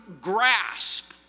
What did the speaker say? grasp